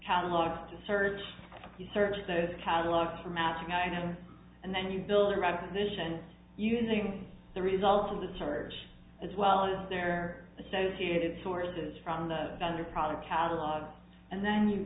catalogs to search you search the catalog for matching and then and then you build a repetition using the results of the search as well as their associated sources from the vendor product catalog and then you